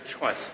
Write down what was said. choice